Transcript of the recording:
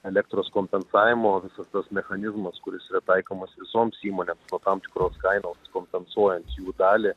elektros kompensavimo visas tas mechanizmas kuris yra taikomas visoms įmonėms nuo tam tikros kainos kompensuojant jų dalį